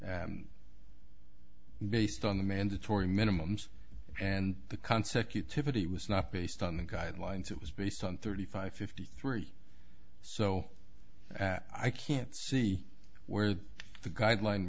based on the mandatory minimums and the concept utility was not based on the guidelines it was based on thirty five fifty three so i can't see where the guideline